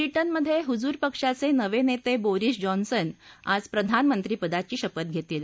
ब्रिटनमधे हुजूर पक्षाचे नवे नेते बोरिस जॉन्सन आज प्रधानमंत्रीपदाची शपथ घेतील